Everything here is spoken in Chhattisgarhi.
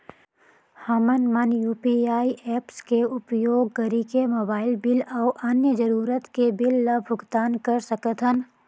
हमन मन यू.पी.आई ऐप्स के उपयोग करिके मोबाइल बिल अऊ अन्य जरूरत के बिल ल भुगतान कर सकथन